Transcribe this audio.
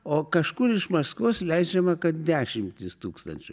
o kažkur iš maskvos leidžiama kad dešimtys tūkstančių